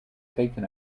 taken